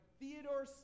Theodore